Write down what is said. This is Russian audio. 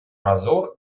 разор